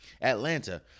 Atlanta